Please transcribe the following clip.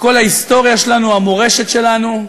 מכל ההיסטוריה שלנו, המורשת שלנו,